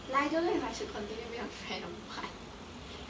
like I don't know if I should continue being her friend or what